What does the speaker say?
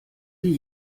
wie